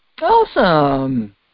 Awesome